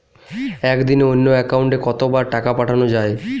একদিনে অন্য একাউন্টে কত বার টাকা পাঠানো য়ায়?